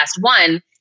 one